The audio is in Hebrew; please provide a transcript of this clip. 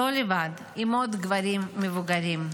לא לבד, עם עוד גברים מבוגרים,